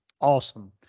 awesome